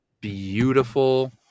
beautiful